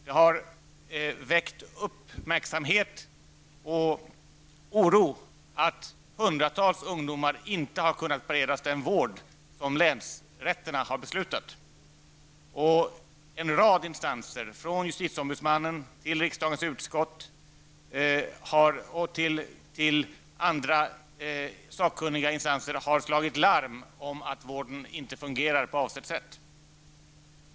Det har väckt uppmärksamhet och oro att hundratals ungdomar inte har kunnat beredas den vård som länsrätterna har beslutat. En rad instanser, från justitieombudsmannen och riksdagens utskott till andra sakkunniga instanser, har slagit larm om att vården inte fungerar på avsett sätt.